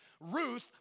Ruth